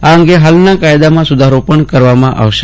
આ અંગે હાલના કાયદામાં સુધારો પણ કરવામાં આવશે